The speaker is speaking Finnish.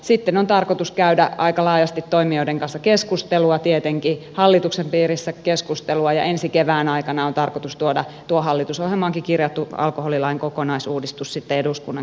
sitten on tarkoitus käydä aika laajasti toimijoiden kanssa keskustelua tietenkin hallituksen piirissä keskustelua ja ensi kevään aikana on tarkoitus tuoda tuo hallitusohjelmaankin kirjattu alkoholilain kokonaisuudistus sitten eduskunnan käsittelyyn